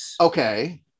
Okay